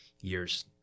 years